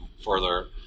further